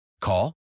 Call